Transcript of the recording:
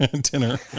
dinner